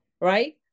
right